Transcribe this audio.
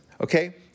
Okay